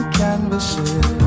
canvases